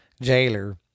jailer